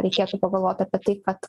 reikėtų pagalvot apie tai kad